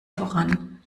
voran